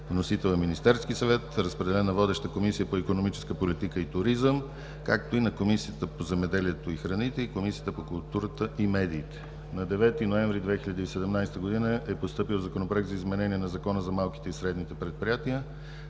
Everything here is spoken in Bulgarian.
Вносител е Министерският съвет. Разпределен е на водеща Комисия по икономическа политика и туризъм, както и на Комисията по земеделието и храните и Комисията по културата и медиите. На 9 ноември 2017 г. е постъпил Законопроект за изменение на Закона за малките и средните предприятия